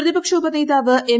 പ്രതിപക്ഷ ഉപനേതാവ് എം